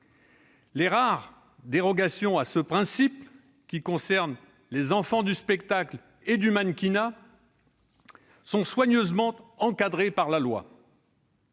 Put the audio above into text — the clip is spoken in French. Les rares dérogations à ce principe, qui concernent les enfants du spectacle et du mannequinat, sont soigneusement encadrées par la loi.